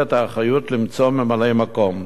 מוטלת האחריות למצוא ממלא-מקום,